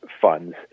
funds